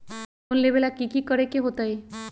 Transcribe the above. Loan लेबे ला की कि करे के होतई?